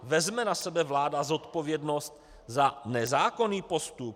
Vezme na sebe vláda zodpovědnost za nezákonný postup?